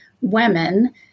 women